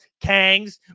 Kangs